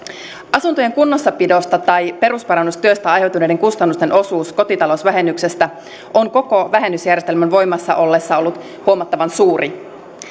asuntojen kunnossapidosta tai perusparannustyöstä aiheutuneiden kustannusten osuus kotitalousvähennyksestä on koko vähennysjärjestelmän voimassa ollessa ollut huomattavan suuri